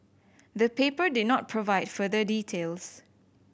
the paper did not provide further details